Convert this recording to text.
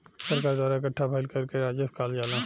सरकार द्वारा इकट्ठा भईल कर के राजस्व कहल जाला